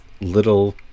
little